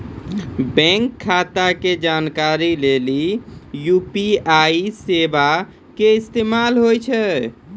bank खाता के जानकारी लेली यू.पी.आई सेबा के इस्तेमाल होय छै